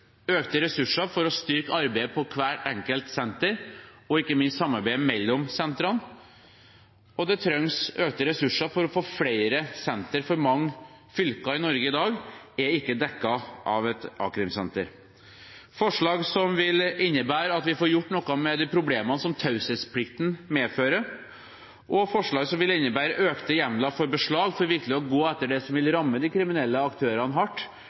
økte ressurser for å styrke arbeidet på hvert enkelt senter og ikke minst samarbeidet mellom sentrene. Og det trengs økte ressurser for å få flere sentre, for mange fylker i Norge i dag er ikke dekket av et a-krimsenter. Vi har forslag som vil innebære at vi får gjort noe med de problemene som taushetsplikten medfører, og forslag som vil innebære økte hjemler for beslag, for virkelig å gå etter det som vil ramme de kriminelle aktørene hardt: